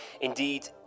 Indeed